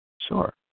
Sure